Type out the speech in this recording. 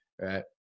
right